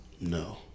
No